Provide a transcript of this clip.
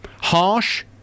Harsh